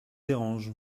dérange